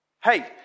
Hey